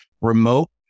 remote